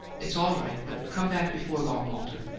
it's all right but come back before long, walter.